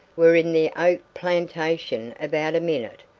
were in the oak-plantation about a minute,